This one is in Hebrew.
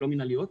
לא מנהליות,